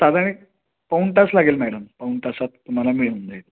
साधारण एक पाऊण तास लागेल मॅडम पाऊण तासात तुम्हाला मिळून जाईल